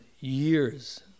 years